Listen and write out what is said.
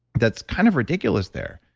that's kind of ridiculous there.